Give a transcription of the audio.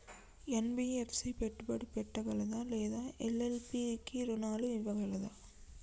NBFC పెట్టుబడి పెట్టగలదా లేదా ఎల్.ఎల్.పి కి రుణాలు ఇవ్వగలదా?